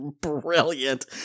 brilliant